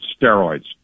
steroids